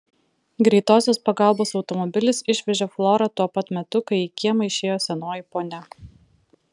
greitosios pagalbos automobilis išvežė florą tuo pat metu kai į kiemą išėjo senoji ponia